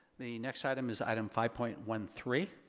the next item is item five point one three.